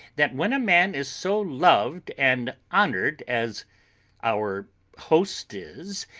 that when a man is so loved and honoured as our host is,